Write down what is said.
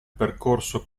percorso